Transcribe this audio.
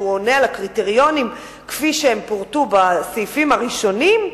שעונה על הקריטריונים כפי שהם פורטו בסעיפים הראשונים,